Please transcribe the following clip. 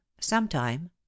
sometime